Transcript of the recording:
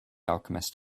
alchemist